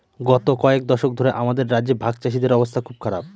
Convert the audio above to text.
গত কয়েক দশক ধরে আমাদের রাজ্যে ভাগচাষীদের অবস্থা খুব খারাপ